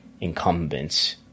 incumbents